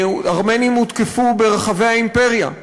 ארמנים הותקפו ברחבי האימפריה.